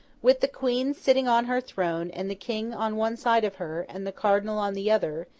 with the queen sitting on her throne, and the king on one side of her, and the cardinal on the other,